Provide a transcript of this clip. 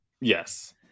yes